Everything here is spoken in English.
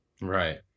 Right